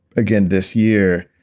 again this year